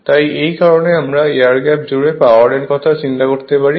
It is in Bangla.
তাই এই কারণেই আমরা এয়ার গ্যাপ জুড়ে পাওয়ার এর কথা চিন্তা করতে পারি